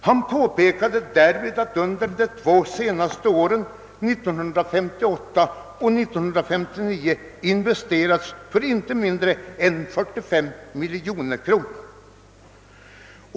Han påpekade därvid att under de två närmast föregående åren, 1958 och 1959, hade investerats för inte mindre än 45 miljoner kronor.